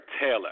Taylor